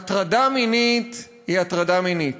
הטרדה מינית היא הטרדה מינית,